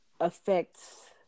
affects